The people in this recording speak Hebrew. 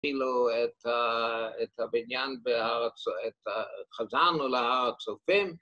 ‫כאילו את הבניין בארץ... ‫חזרנו להר הצופים.